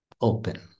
open